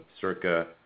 circa